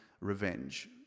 revenge